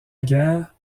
guerre